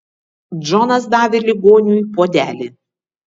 džonas davė ligoniui puodelį